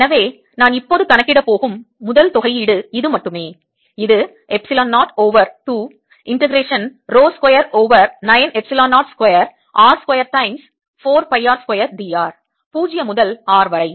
எனவே நான் இப்போது கணக்கிடப் போகும் முதல் தொகையீடு இது மட்டுமே இது epsilon 0 over 2 integration rho square over 9 epsilon 0 square r square times 4 pi r square dr 0 முதல் R வரை